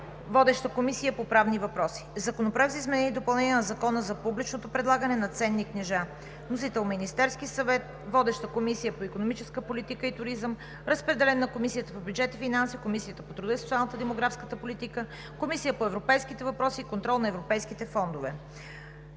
Водеща е Комисията по правни въпроси. Законопроект за изменение и допълнение на Закона за публичното предлагане на ценни книжа. Внесен е от Министерския съвет. Водеща е Комисията по икономическа политика и туризъм. Разпределен е на Комисията по бюджет и финанси, Комисията по труда, социалната и демографска политика, Комисията по европейските въпроси и контрол на европейските фондове.